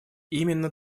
именно